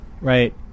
right